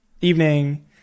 evening